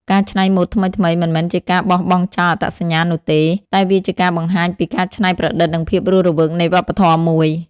ការច្នៃម៉ូដថ្មីៗ មិនមែនជាការបោះបង់ចោលអត្តសញ្ញាណនោះទេ តែវាជាការបង្ហាញពីការច្នៃប្រឌិតនិងភាពរស់រវើកនៃវប្បធម៌មួយ។